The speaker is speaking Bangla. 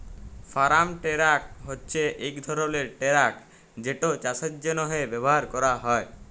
ফারাম টেরাক হছে ইক ধরলের টেরাক যেট চাষের জ্যনহে ব্যাভার ক্যরা হয়